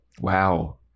wow